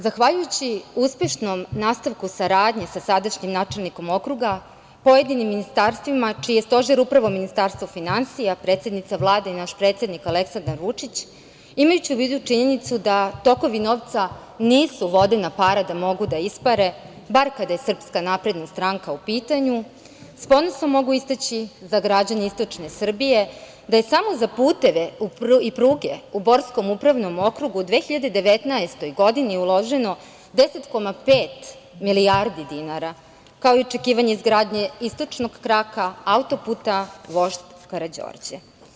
Zahvaljujući uspešnom nastavku saradnje sa sadašnjim načelnikom okruga, pojedinim ministarstvima čiji je stožer upravo Ministarstvo finansija, predsednica Vlade i naš predsednik Aleksandar Vučić, imajući u vidu činjenicu da tokovi novca nisu vodena para da mogu da ispare, bar kada je SNS u pitanju, s ponosom mogu istaći za građane istočne Srbije da je samo za puteve i pruge u Borskom upravnom okrugu u 2019. godini uloženo 10,5 milijardi dinara, kao i očekivanje izgradnje istočnog kraka autoputa „Vožd Karađorđe“